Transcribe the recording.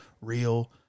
real